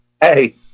hey